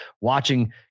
watching